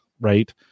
right